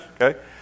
Okay